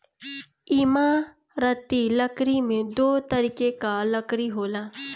इमारती लकड़ी में दो तरीके कअ लकड़ी होला